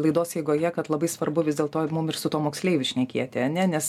laidos eigoje kad labai svarbu vis dėlto ir mum ir su tuo moksleiviu šnekėti ane nes